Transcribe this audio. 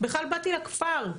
בכלל באתי לכפר.